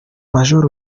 major